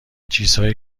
چیزهایی